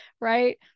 right